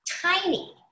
tiny